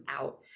out